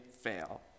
fail